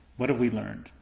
what have we learned?